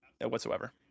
whatsoever